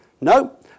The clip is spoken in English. No